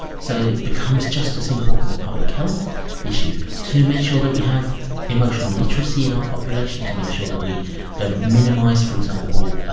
so it becomes just as important a public health issue to make sure that we have emotional literacy in our population, to make sure that we don't minimise, for example, ah